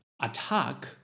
attack